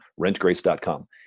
rentgrace.com